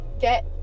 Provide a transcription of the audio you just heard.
Get